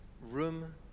room